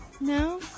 No